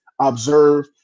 observe